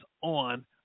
on